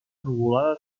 nuvolada